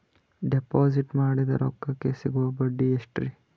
Deposit ಮಾಡಿದ ರೊಕ್ಕಕೆ ಸಿಗುವ ಬಡ್ಡಿ ಎಷ್ಟ್ರೀ?